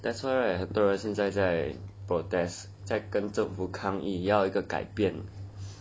that's why right now 很多人在 protest 在跟政府抗议要一个改变